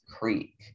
creek